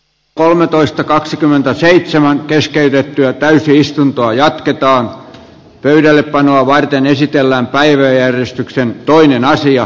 kolmetoista kaksikymmentäseitsemän keskeytettyä päällesi istuntoa jatketaan pöydälle panoa varten esitellään päiväjärjestyksen toinen asia